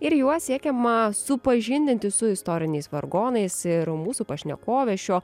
ir juo siekiama supažindinti su istoriniais vargonais ir mūsų pašnekovė šio